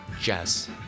jazz